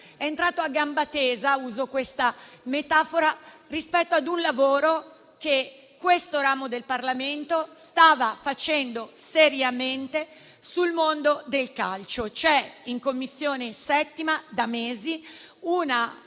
è entrato a gamba tesa - uso questa metafora - rispetto ad un lavoro che questo ramo del Parlamento stava facendo seriamente sul mondo del calcio. Nella 7a Commissione da mesi c'è